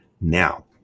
Now